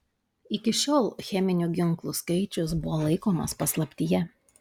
iki šiol cheminių ginklų skaičius buvo laikomas paslaptyje